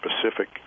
specific